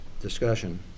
Discussion